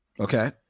Okay